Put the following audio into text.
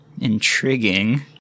intriguing